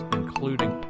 including